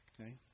Okay